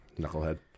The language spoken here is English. Knucklehead